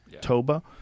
Toba